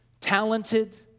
talented